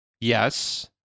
Yes